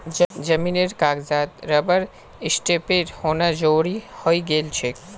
जमीनेर कागजातत रबर स्टैंपेर होना जरूरी हइ गेल छेक